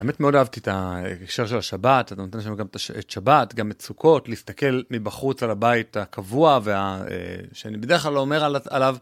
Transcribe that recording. האמת מאוד אהבתי את ההקשר של השבת, אתה נותן שם גם את שבת, גם את סוכות, להסתכל מבחוץ על הבית הקבוע, שאני בדרך כלל לא אומר עליו.